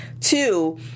Two